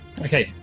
Okay